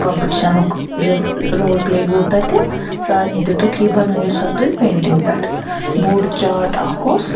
کۄمپِٹشَنُک جو رول پٕلے گوٚو تَتہِ سارنٕے دیٛتُکھ یہِ بنٲیِو سا تُہۍ پینٹِنٛگ پٮ۪ٹھ بوٚڈ چارٹ اَکھ اوس